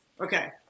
okay